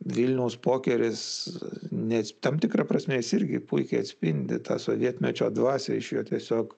vilniaus pokeris nes tam tikra prasme irgi puikiai atspindi tą sovietmečio dvasią iš jo tiesiog